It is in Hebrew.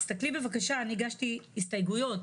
תסתכלי, בבקשה, אני הגשתי הסתייגויות.